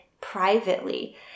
privately